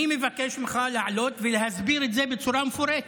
אני מבקש ממך לעלות ולהסביר את זה בצורה מפורטת.